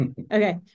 Okay